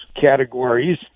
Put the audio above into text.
categories